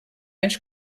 anys